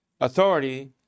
authority